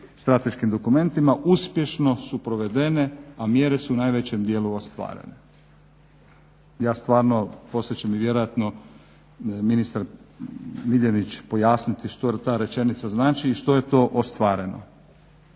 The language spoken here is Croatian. strateškim dokumentima uspješno su provedene, a mjere su u najvećem dijelu ostvarene. Ja stvarno, poslije će mi vjerojatno ministar Miljenić pojasniti što ta rečenica znači i što je to ostvareno